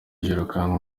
yirukanwe